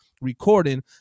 recording